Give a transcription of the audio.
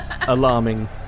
alarming